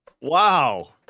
Wow